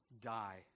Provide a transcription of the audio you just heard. die